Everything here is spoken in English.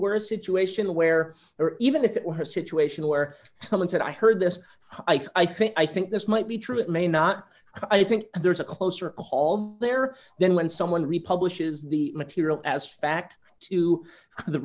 were a situation where even if it were a situation where someone said i heard this i think i think this might be true it may not i think there's a closer call there then when someone republish is the material as fact to the